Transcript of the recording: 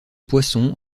poisson